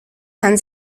kann